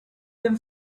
them